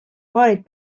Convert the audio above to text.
paarid